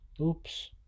oops